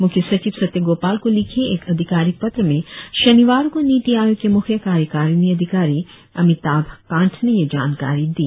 मुख्य सचिव सत्य गोपाल को लिखे एक अधिकारिक पत्र में शनिवार को नीति आयोग के मुख्य कार्यकारिणी अधिकारी अमिताभ कांत ने यह जानकारी दी